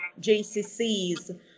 JCCs